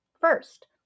first